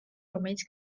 რომელიც